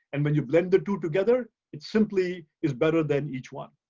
and when you blend the two together, it simply is better than each one.